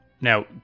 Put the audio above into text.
Now